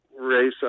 race